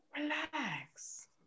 relax